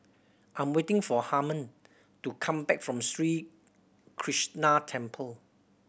I'm waiting for Harman to come back from Sri Krishnan Temple